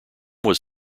was